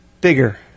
bigger